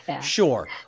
Sure